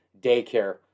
Daycare